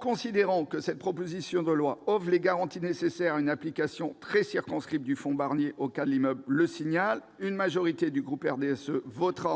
Considérant que cette proposition de loi offre les garanties nécessaires à une application très circonscrite du fonds Barnier au cas de l'immeuble Le Signal, une majorité du groupe du RDSE votera